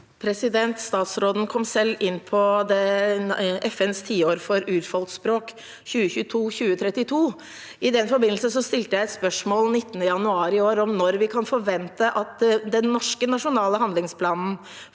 Statsråden kom selv inn på at det er FNs tiår for urfolks språk 2022–2032. I den forbindelse stilte jeg spørsmål den 19. januar i år om når vi kan forvente at den norske nasjonale handlingsplanen